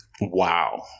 wow